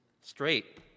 straight